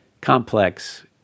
complex